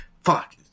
fuck